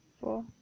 four